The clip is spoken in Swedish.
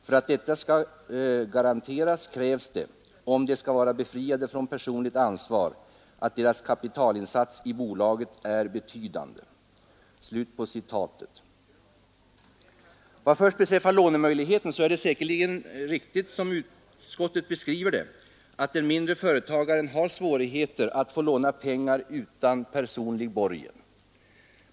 För att detta skall garanteras krävs det, om de skall vara befriade från personligt ansvar, att deras kapitalinsats i bolaget är betydande.” Vad först beträffar lånemöjligheten är det säkerligen riktigt som utskottet beskriver det, att den mindre företagaren har svårigheter att få låna pengar utan personlig borgen.